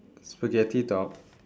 spaghetti top